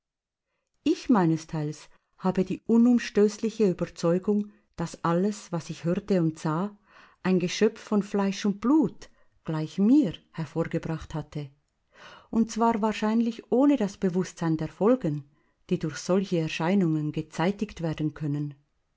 ich meinesteils habe die unumstößliche überzeugung daß alles was ich hörte und sah ein geschöpf von fleisch und blut gleich mir hervorgebracht hatte und zwar wahrscheinlich ohne das bewußtsein der folgen die durch solche erscheinungen gezeitigt werden können